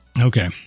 Okay